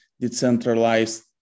decentralized